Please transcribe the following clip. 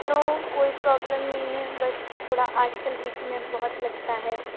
نو کوئی پروبلم نہیں ہے بس تھوڑا آج کل ویکنیس بہت لگتا ہے